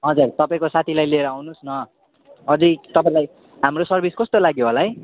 हजर तपाईँको साथीलाई लिएर आउनुहोस् न अझै तपाईँलाई हाम्रो सर्भिस कस्तो लाग्यो होला है